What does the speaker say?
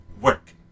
work